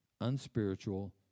unspiritual